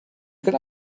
could